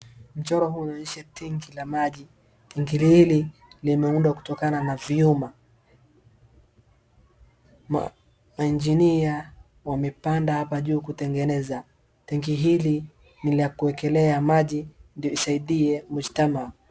Mchoro huu unaonyesha tenki la maji. Tenki hili limeundwa kutokana na vyuma. Mainjinia wamepanda hapa juu kutengeneza. Tenki hili ni la kuekelea maji ndio isaidie mshtama.